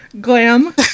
Glam